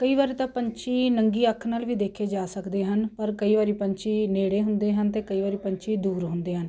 ਕਈ ਵਾਰੀ ਤਾਂ ਪੰਛੀ ਨੰਗੀ ਅੱਖ ਨਾਲ ਵੀ ਦੇਖੇ ਜਾ ਸਕਦੇ ਹਨ ਪਰ ਕਈ ਵਾਰੀ ਪੰਛੀ ਨੇੜੇ ਹੁੰਦੇ ਹਨ ਅਤੇ ਕਈ ਵਾਰੀ ਪੰਛੀ ਦੂਰ ਹੁੰਦੇ ਹਨ